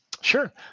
Sure